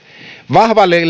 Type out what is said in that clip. vahvalle